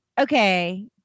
okay